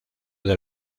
del